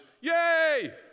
YAY